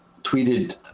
Tweeted